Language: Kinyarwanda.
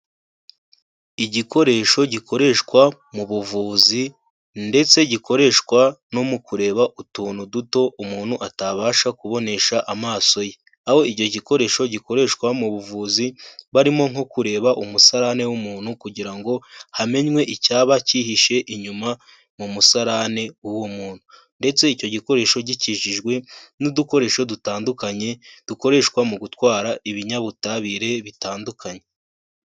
Igikoresho gikoreshwa mu buvuzi ndetse gikoreshwa no mu kureba utuntu duto umuntu atabasha kubonesha amaso ye. Aho icyo gikoresho gikoreshwa mu buvuzi, barimo nko kureba umusarane w'umuntu kugira ngo hamenwe icyaba cyihishe inyuma mu musarane w'uwo muntu ndetse icyo gikoresho gikijijwe n'udukoresho dutandukanye, dukoreshwa mu gutwara ibinyabutabire bitandukanye.